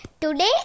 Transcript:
today